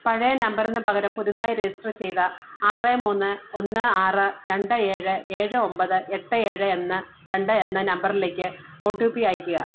പഴയ നമ്പറിന് പകരം പുതുതായി രജിസ്റ്റർ ചെയ്ത ആറ് മൂന്ന് ഒന്ന് ആറ് രണ്ട് ഏഴ് ഏഴ് ഒമ്പത് എട്ട് ഏഴ് എന്ന രണ്ട് എന്ന നമ്പറിലേക്ക് ഒ ടി പി അയയ്ക്കുക